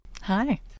Hi